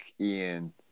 Ian